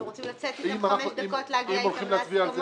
אתם רוצים לצאת לחמש דקות להגיע אתם להסכמות?